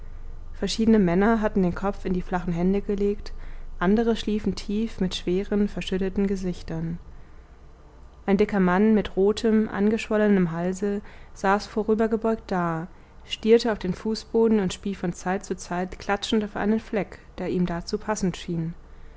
verschiedene männer hatten den kopf in die flachen hände gelegt andere schliefen tief mit schweren verschütteten gesichtern ein dicker mann mit rotem angeschwollenem halse saß vorübergebeugt da stierte auf den fußboden und spie von zeit zu zeit klatschend auf einen fleck der ihm dazu passend schien